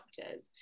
doctors